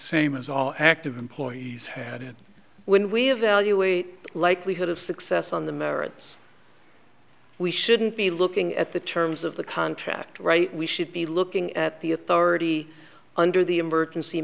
same as all active employees had when we evaluate the likelihood of success on the merits we shouldn't be looking at the terms of the contract right we should be looking at the authority under the emergency